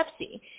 Pepsi